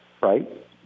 right